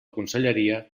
conselleria